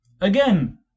Again